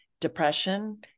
depression